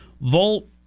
Volt